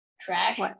Trash